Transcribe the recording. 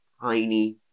tiny